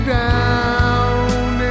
down